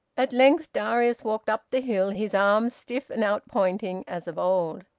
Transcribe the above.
at length darius walked up the hill, his arms stiff and out-pointing, as of old.